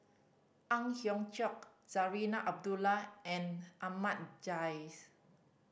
Ang Hiong Chiok Zarinah Abdullah and Ahmad Jais